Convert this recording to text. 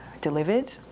delivered